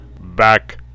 Back